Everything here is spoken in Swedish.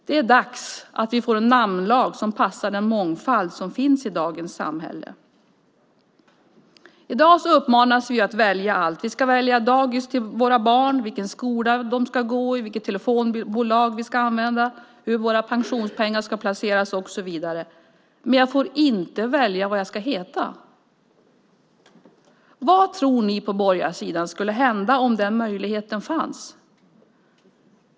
Det är dags att vi får en namnlag som passar den mångfald som finns i dagens samhälle. I dag uppmanas vi att välja allt: Vi ska välja dagis till våra barn, vilken skola de ska gå i, vilket telefonbolag vi ska använda, hur våra pensionspengar ska placeras och så vidare. Men jag får inte välja vad jag ska heta. Vad tror ni på borgarsidan skulle hända om den möjligheten fanns?